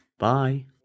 Bye